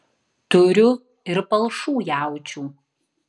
turiu ir palšų jaučių